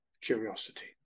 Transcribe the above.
curiosity